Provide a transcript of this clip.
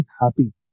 happy